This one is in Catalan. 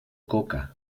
coca